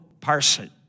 parson